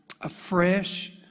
afresh